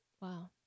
Wow